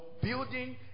building